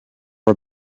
our